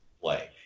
play